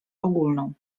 ogólną